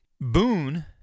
Boone